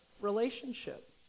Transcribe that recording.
relationship